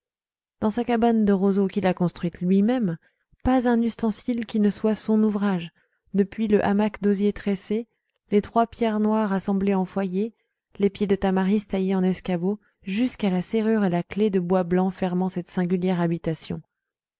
dans sa cabane de roseaux qu'il a construite lui-même pas un ustensile qui ne soit son ouvrage depuis le hamac d'osier tressé les trois pierres noires assemblées en foyer les pieds de tamaris taillés en escabeaux jusqu'à la serrure et la clé de bois blanc fermant cette singulière habitation